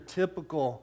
typical